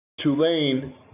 Tulane